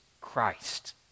Christ